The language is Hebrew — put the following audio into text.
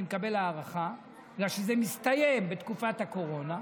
ואני מקבל הארכה בגלל שזה מסתיים בתקופת הקורונה.